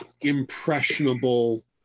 impressionable